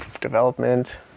development